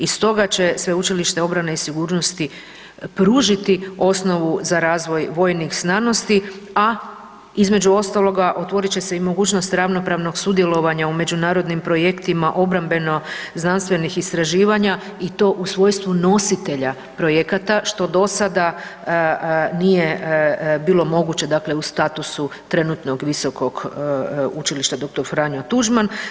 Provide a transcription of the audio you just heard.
I stoga će Sveučilište obrane i sigurnosti pružiti osnovu za razvoj vojnih znanosti, a između ostaloga otvorit će se i mogućnost ravnopravnog sudjelovanja u međunarodnim projektima obrambeno znanstvenih istraživanja i to u svojstvu nositelja projekata što dosada nije bilo moguće dakle u statusu trenutnog visokog učilišta Dr. Franjo Tuđman.